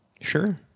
Sure